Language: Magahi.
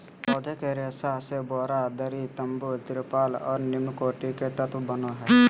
पौधे के रेशा से बोरा, दरी, तम्बू, तिरपाल और निम्नकोटि के तत्व बनो हइ